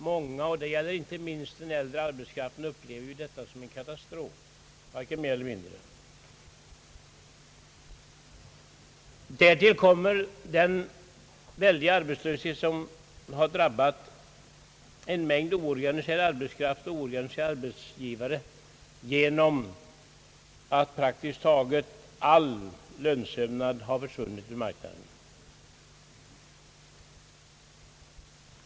Många, och det gäller inte minst den äldre arbetskraften, upplever detta som en katastrof, varken mer eller mindre. Därtill kommer den oerhörda arbetslöshet som har drabbat en mängd oorganiserad arbetskraft och oorganiserade arbetsgivare genom att praktiskt taget all lönsömnad har försvunnit ur marknaden.